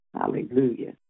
Hallelujah